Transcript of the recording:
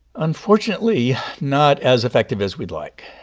unfortunately, not as effective as we'd like.